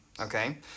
okay